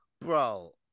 Bro